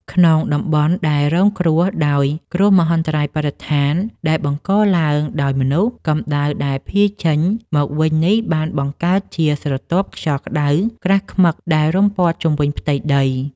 ក្នុងតំបន់ដែលរងគ្រោះដោយ គ្រោះមហន្តរាយបរិស្ថានដែលបង្កឡើងដោយមនុស្ស កម្ដៅដែលភាយចេញមកវិញនេះបានបង្កើតជាស្រទាប់ខ្យល់ក្ដៅក្រាស់ឃ្មឹកដែលរុំព័ទ្ធជុំវិញផ្ទៃដី។